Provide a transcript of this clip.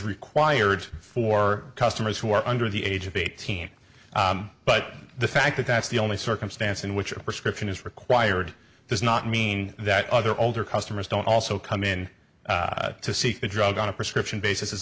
required for customers who are under the age of eighteen but the fact that that's the only circumstance in which a prescription is required does not mean that other older customers don't also come in to see the drug on a prescription basis as